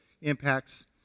impacts